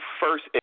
first